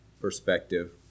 perspective